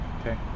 Okay